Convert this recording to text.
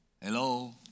hello